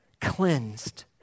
cleansed